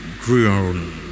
grown